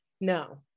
No